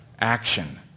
action